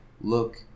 look